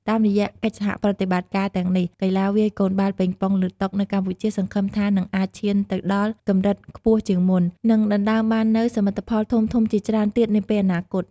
តាមរយៈកិច្ចសហប្រតិបត្តិការទាំងនេះ កីឡាវាយកូនបាល់ប៉េងប៉ុងលើតុនៅកម្ពុជាសង្ឃឹមថានឹងអាចឈានទៅដល់កម្រិតខ្ពស់ជាងមុន និងដណ្ដើមបាននូវសមិទ្ធផលធំៗជាច្រើនទៀតនាពេលអនាគត។